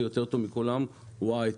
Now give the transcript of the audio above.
ויותר טוב מכולם הוא ההייטק.